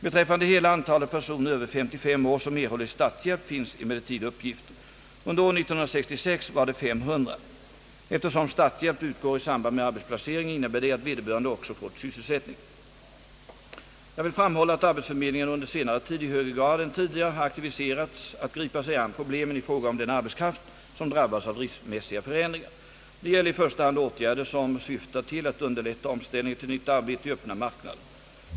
Beträffande hela antalet personer över 55 år som erhållit starthjälp finns emellertid uppgifter. Under år 1966 var det 500. Eftersom starthjälp utgår i samband med arbetsplacering innebär det att vederbörande också fått sysselsättning. Jag vill framhålla att arbetsförmedlingarna under senare tid i högre grad än tidigare har aktiverats att gripa sig an problemen i fråga om den arbetskraft som drabbas av driftsmässiga förändringar. Det gäller i första hand åtgärder som syftar till att underlätta omställningen till nytt arbete i öppna marknaden.